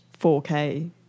4K